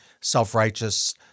self-righteous